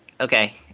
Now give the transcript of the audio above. Okay